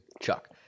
chuck